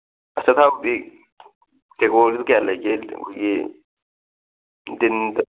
ꯑꯆꯥꯊꯥꯎꯗꯤ ꯇꯦꯒꯣꯔꯗꯨꯗ ꯀꯌꯥ ꯂꯩꯒꯦ ꯑꯩꯈꯣꯏꯒꯤ ꯇꯤꯟꯗ